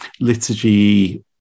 liturgy